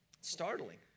Startling